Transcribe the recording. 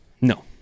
No